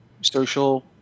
social